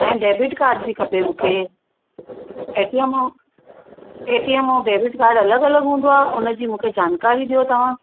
ऐं debit card बि खपे मूंखे A T M A T M ऐं डेबिट काड अलॻि अलॻि हूंदो आहे उनजी मूंखे जानकारी ॾियो तव्हां